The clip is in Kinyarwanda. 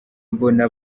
mbona